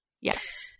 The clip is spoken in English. Yes